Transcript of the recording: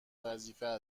وظیفه